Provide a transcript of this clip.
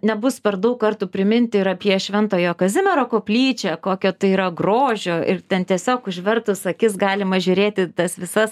nebus per daug kartų priminti ir apie šventojo kazimiero koplyčią kokio tai yra grožio ir ten tiesiog užvertus akis galima žiūrėti tas visas